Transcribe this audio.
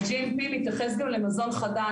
ה-GMP מתייחס גם למזון חדש,